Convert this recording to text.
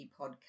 podcast